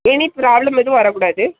இனி ப்ராப்ளம் எதுவும் வரக்கூடாது